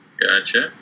gotcha